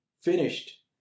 finished